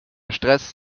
stress